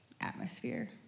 atmosphere